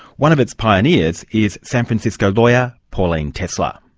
one of its pioneers is san francisco lawyer, pauline tesler.